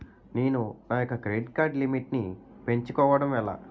నేను నా యెక్క క్రెడిట్ కార్డ్ లిమిట్ నీ పెంచుకోవడం ఎలా?